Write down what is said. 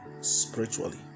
spiritually